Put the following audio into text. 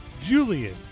Julian